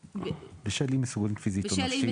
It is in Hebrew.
בשל אי מסוגלות פיזית או נפשית.